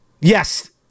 yes